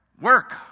work